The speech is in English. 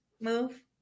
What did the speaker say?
move